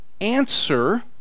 answer